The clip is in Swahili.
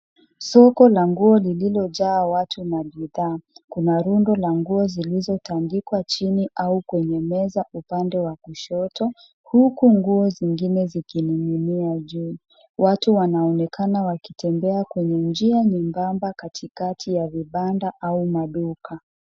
Soko la nguo lililojaa watu na bidhaa. Kuna rundo la nguo zilizotandikwa chini au kwenye meza upande wa kushoto, huku nguo zingine zikining'inia juu. Watu wanaonekana wakitembea kwenye njia nyembamba katikati ya vibanda au maduka.